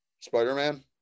Spider-Man